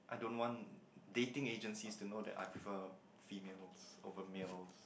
I don't want dating agencies to know that I prefer females over males